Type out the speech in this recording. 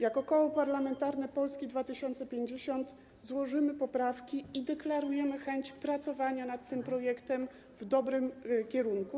Jako Koło Parlamentarne Polska 2050 złożymy poprawki i deklarujemy chęć pracowania nad tym projektem w dobrym kierunku.